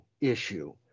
issue